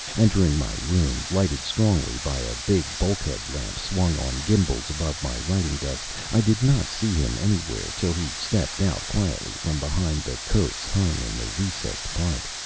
entering my room, lighted strongly by a big bulkhead lamp swung on gimbals above my writing desk, i did not see him anywhere till he stepped out quietly from behind the coats hung in the recessed part.